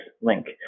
link